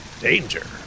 Danger